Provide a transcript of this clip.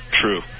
True